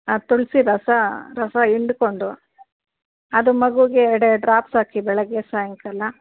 ಅದು ತುಳಸಿ ರಸ ರಸ ಹಿಂಡ್ಕೊಂಡು ಅದು ಮಗುಗೆ ಎರ್ಡೆರ್ಡು ಡ್ರಾಪ್ಸ್ ಹಾಕಿ ಬೆಳಗ್ಗೆ ಸಾಯಂಕಾಲ